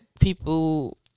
people